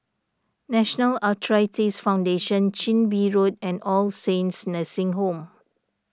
National Arthritis Foundation Chin Bee Road and All Saints Nursing Home